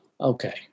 Okay